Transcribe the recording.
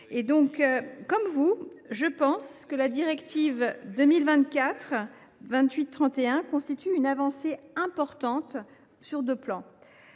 Comme vous, je pense que la directive 2024/2831 constitue une avancée importante sur deux plans.